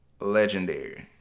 legendary